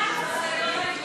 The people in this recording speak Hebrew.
העיקר הוא לובש חליפה.